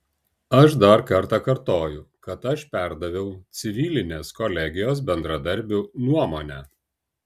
aš dar kartą kartoju kad aš perdaviau civilinės kolegijos bendradarbių nuomonę